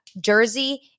Jersey